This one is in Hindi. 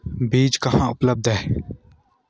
बीज कहाँ उपलब्ध होगा?